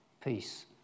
peace